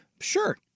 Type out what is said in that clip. sure